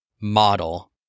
model